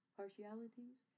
partialities